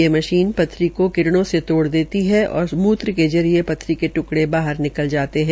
ये मशीनें पत्थरी को किरणों से तोड़ देती है और मूत्र के जरिये पथरी के ट्कड़े बाहर निकल जाते है